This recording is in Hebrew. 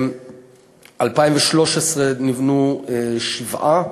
ב-2013 נבנו שבעה,